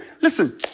Listen